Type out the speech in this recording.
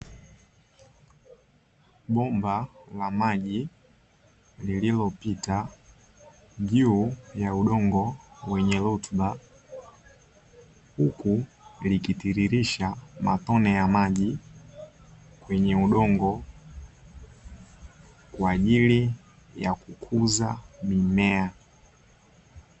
Bomba la maji lililopita ,juu ya udongo wenye rutuba ,huku likitiririsha matone ya maji kwenye udongo kwa ajili ya kukuza mimea.